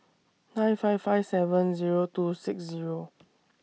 nine five five seven Zero two six Zero